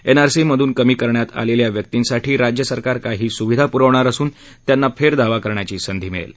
NRC मधून कमी करण्यात आलेल्या व्यक्तिंसाठी राज्य सरकार काही सुविधा पुरवणार असून त्यांना फेर दावा करण्याची संधी मिळेल